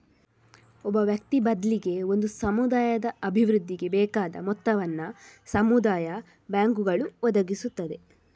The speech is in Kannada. ಒಬ್ಬ ವ್ಯಕ್ತಿ ಬದ್ಲಿಗೆ ಒಂದು ಸಮುದಾಯದ ಅಭಿವೃದ್ಧಿಗೆ ಬೇಕಾದ ಮೊತ್ತವನ್ನ ಸಮುದಾಯ ಬ್ಯಾಂಕುಗಳು ಒದಗಿಸುತ್ತವೆ